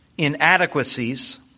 Inadequacies